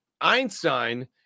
Einstein